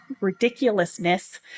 ridiculousness